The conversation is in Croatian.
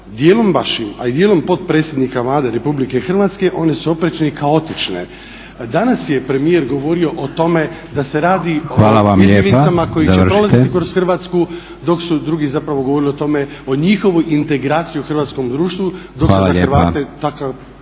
dijelom vašim, a i dijelom potpredsjednika Vlade RH, one su oprečne i kaotične. Danas je premijer govorio o tome da se radi o izbjeglicama koje će prolaziti kroz Hrvatsku dok su drugi zapravo govorili o tome, o njihovoj integraciji u hrvatskom društvu, dok se za Hrvate takva